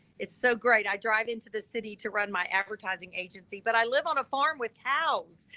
it's so great. i drive into the city to run my advertising agency, but i live on a farm with cows,